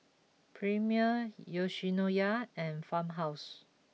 Premier Yoshinoya and Farmhouse